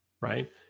Right